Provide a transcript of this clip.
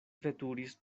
veturis